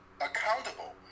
Accountable